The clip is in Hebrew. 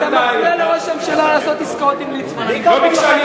ביבי וכל מי שפה.